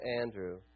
Andrew